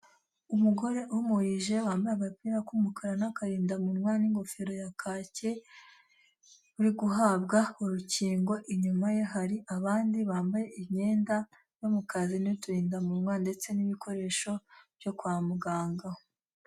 Umugore uhumurije wambaye agapira k'umukara n'akarindamunwa n'ingofero ya kake, uri guhabwa urukingo, inyuma ye hari abandi bambaye imyenda yo mu kazi n'uturindamunwa ndetse n'ibikoresho byo kwa muganga.